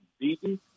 beaten